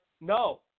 No